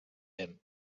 him